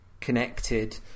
connected